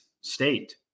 state